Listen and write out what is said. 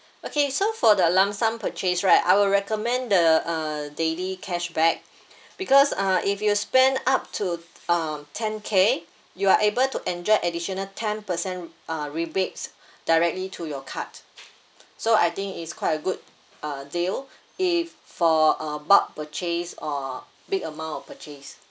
okay so for the lump sum purchase right I will recommend the uh daily cashback because uh if you spend up to um ten K you are able to enjoy additional ten percent r~ uh rebates directly to your card so I think is quite a good uh deal if for uh bulk purchase or big amount of purchase